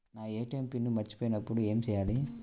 నా ATM PIN మర్చిపోయినప్పుడు ఏమి చేయాలి?